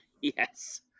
yes